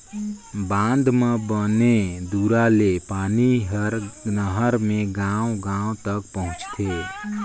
बांधा म बने दूरा ले पानी हर नहर मे गांव गांव तक पहुंचथे